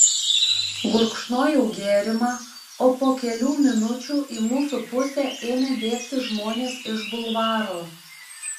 gurkšnojau gėrimą o po kelių minučių į mūsų pusę ėmė bėgti žmonės iš bulvaro